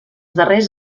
darrers